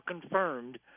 confirmed